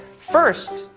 first,